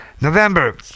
November